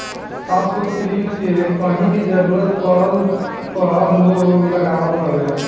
passbook print के कहीं भी जरुरत पड़ला पअ लोग लगावत हवे